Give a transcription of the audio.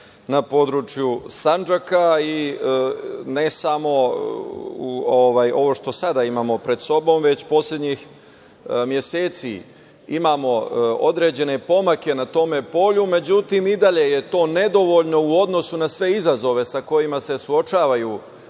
na području Sandžaka. Ne samo ovo što imamo sada pred sobom, već poslednjih meseci imamo određene pomake na tom polju, međutim i dalje je to nedovoljno u odnosu na sve izazove sa kojima se suočavaju